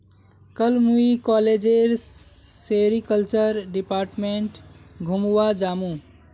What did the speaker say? कल मुई कॉलेजेर सेरीकल्चर डिपार्टमेंट घूमवा जामु